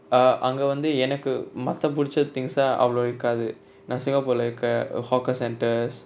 uh அங்க வந்து எனக்கு மத்த புடிச்ச:anga vanthu enaku maththa pudicha things lah அவளோ இருக்காது நா:avalo irukathu na singapore lah இருக்க:iruka hawker centres